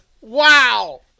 Wow